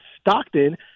Stockton